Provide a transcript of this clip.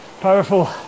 powerful